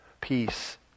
peace